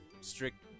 strict